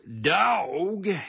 Dog